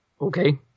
Okay